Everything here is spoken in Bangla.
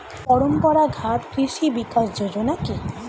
পরম্পরা ঘাত কৃষি বিকাশ যোজনা কি?